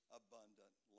abundant